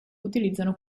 utilizzano